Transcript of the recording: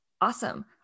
awesome